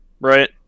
right